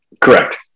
Correct